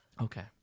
okay